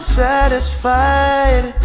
satisfied